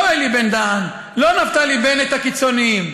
לא אלי בן-דהן, לא נפתלי בנט הקיצוניים,